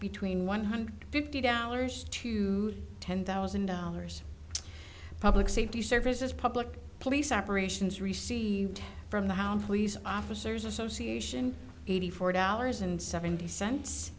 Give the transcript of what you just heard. between one hundred fifty dollars to ten thousand dollars public safety services public police operations received from the hound police officers association eighty four dollars and seventy cents